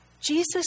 Jesus